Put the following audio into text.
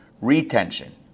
retention